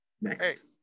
Next